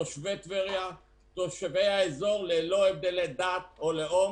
תושבי טבריה, תושבי האזור ללא הבדלי דת או לאום.